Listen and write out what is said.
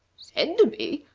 said to be!